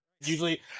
usually